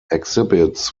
exhibits